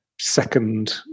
second